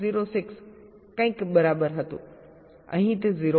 06 કંઈક બરાબર હતું અહીં તે 0